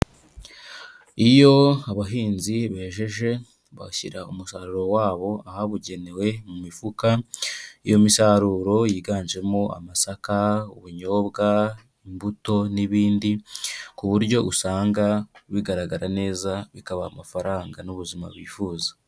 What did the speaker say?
Iyo abahinzi bejeje bashyira umusaruro wabo ahabugenewe mu mifuka, iyo misaruro yiganjemo amasaka, ubunyobwa, imbuto n'ibindi ku buryo usanga bigaragara neza bikabaha amafaranga n'ubuzima bifuza.